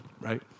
right